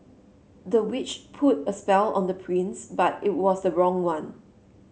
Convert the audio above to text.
the witch put a spell on the prince but it was the wrong one